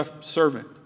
servant